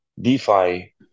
DeFi